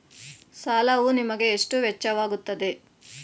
ಸಾಲವು ನಿಮಗೆ ಎಷ್ಟು ವೆಚ್ಚವಾಗುತ್ತದೆ?